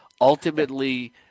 Ultimately